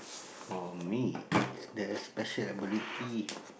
for me is the special ability